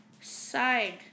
side